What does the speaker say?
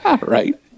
Right